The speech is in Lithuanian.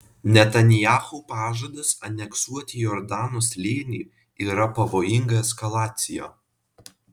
netanyahu pažadas aneksuoti jordano slėnį yra pavojinga eskalacija